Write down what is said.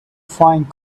find